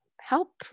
help